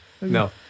No